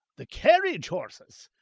the carriage horses!